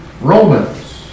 Romans